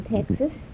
Texas